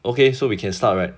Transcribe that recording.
okay so we can start right